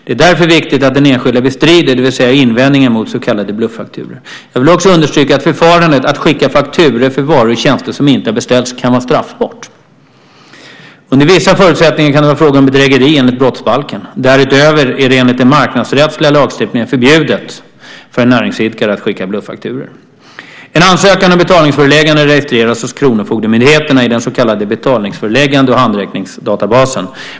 Det är därför viktigt att den enskilde bestrider, det vill säga gör invändningar mot, så kallade bluffakturor. Jag vill också understryka att förfarandet att skicka fakturor för varor eller tjänster som inte har beställts kan vara straffbart. Under vissa förutsättningar kan det vara fråga om bedrägeri enligt brottsbalken. Därutöver är det enligt den marknadsrättsliga lagstiftningen förbjudet för en näringsidkare att skicka bluffakturor. En ansökan om betalningsföreläggande registreras hos kronofogdemyndigheterna i den så kallade betalningsföreläggande och handräckningsdatabasen.